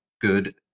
good